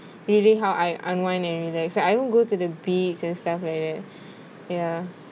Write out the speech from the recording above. really how I unwind and relax I won't go to the beach and stuff like that ya